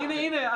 הינה, הינה.